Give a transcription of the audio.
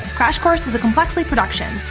crash course is a complexly production.